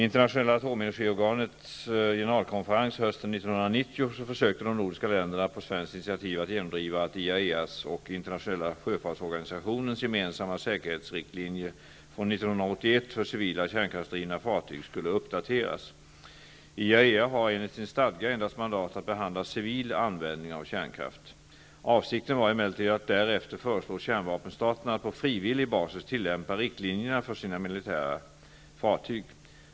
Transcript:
generalkonferens hösten 1990 försökte de nordiska länderna på svenskt initiativ att genomdriva att har enligt sin stadga endast mandat att behandla civil användning av kärnkraft. Avsikten var emellertid att därefter föreslå kärnvapenstaterna att på frivillig basis tillämpa riktlinjerna för sina militära fartyg.